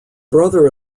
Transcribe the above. brother